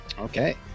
Okay